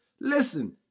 Listen